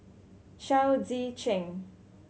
Chao Tzee Cheng